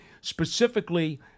Specifically